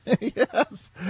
yes